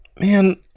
man